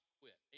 quit